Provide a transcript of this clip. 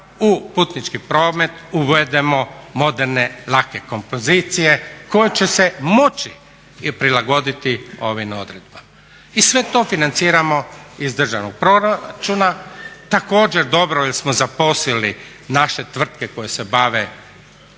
u putnički promet uvedemo moderne lake kompozicije koje će se moći prilagoditi ovim odredbama. I sve to financiramo iz državnog proračuna. Također dobro smo zaposlili naše tvrtke koje se bave